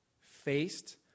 faced